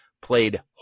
played